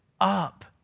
up